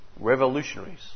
revolutionaries